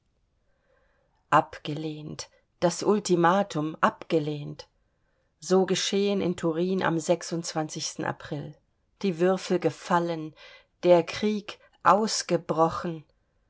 abgelehnt das ultimatum abgelehnt so geschehen in turin am april die würfel gefallen der krieg ausgebrochen